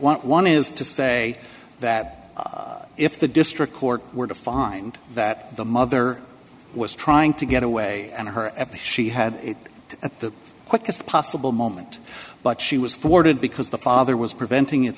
what one is to say that if the district court were to find that the mother was trying to get away and her at the she had it at the quickest possible moment but she was thwarted because the father was preventing it